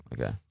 okay